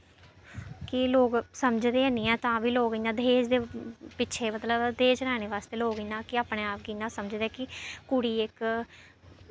केईं लोक समझदे हैनी ऐ तां बी लोक इ'यां दहेज पिच्छें मतलब दहेज़ लैने बास्तै लोक के अपने आप गी इ'यां समझदे कि कुड़ी इक